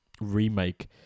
remake